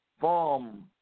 form